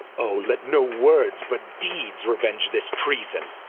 oh let no words, but deedes, reuenge this treason